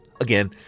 Again